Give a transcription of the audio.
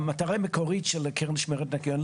המטרה המקורית של הקרן הייתה עניין הניקיון.